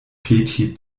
peti